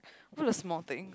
over the small thing